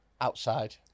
Outside